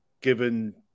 given